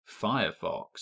Firefox